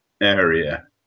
area